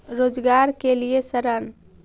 रोजगार के लिए ऋण?